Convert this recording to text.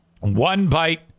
one-bite